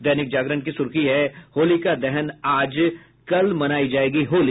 दैनिक जागरण की सुर्खी है होलिका दहन आज कल मनायी जायेगी होली